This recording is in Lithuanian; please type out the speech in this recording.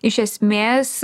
iš esmės